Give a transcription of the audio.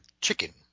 chicken